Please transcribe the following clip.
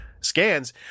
scans